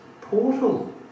portal